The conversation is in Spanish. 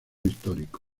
histórico